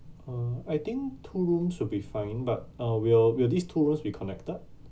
uh I think two rooms will be fine but uh will will these two rooms be connected